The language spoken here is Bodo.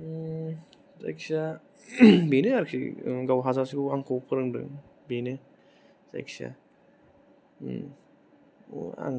जायखिया बेनो आरखि गाव हाजासेखौ आंखौ फोरोंदों बेनो जायखिया आं